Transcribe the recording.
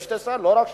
ולא רק תדבר.